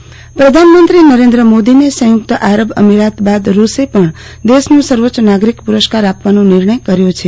પ્રધાનમંત્રી નરેન્દ્ર મોદી પ્રધાનમંત્રી નરેન્દ્ર મોદીને સંયુક્ત આરબ અમીરાત બાદ રૂસે પણ દેશનો સર્વોચ્ય નાગરિક પુરસ્કાર આપવાનો નિર્ણય કર્યો છે